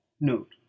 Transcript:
note